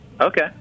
okay